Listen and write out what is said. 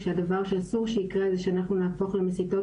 שהדבר שאסור שיקרה הוא שאנחנו נהפוך למסיתות